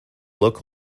look